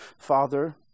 Father